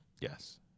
Yes